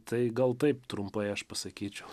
tai gal taip trumpai aš pasakyčiau